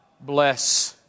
bless